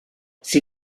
sie